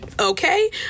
Okay